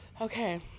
Okay